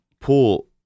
pull